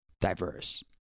diverse